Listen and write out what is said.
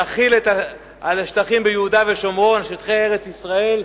נחיל על שטחים ביהודה ושומרון, שטחי ארץ-ישראל,